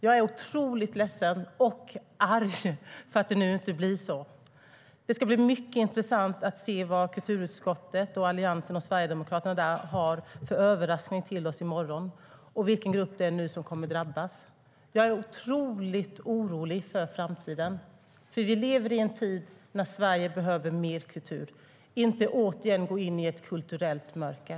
Jag är oerhört ledsen och också arg för att det nu inte blir så. Det ska bli mycket intressant att se vad Alliansen och Sverigedemokraterna i kulturutskottet har för överraskning till oss i morgon och vilken grupp det är som nu kommer att drabbas. Jag är mycket orolig för framtiden. Vi lever i en tid när Sverige behöver mer kultur, inte att vi återigen går in i ett kulturellt mörker.